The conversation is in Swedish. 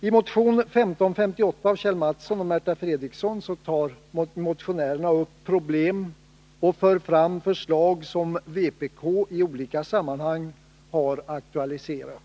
I motion 1558 av Kjell Mattsson och Märta Fredrikson tar motionärerna upp problem och för fram förslag som vpk i olika sammanhang har aktualiserat.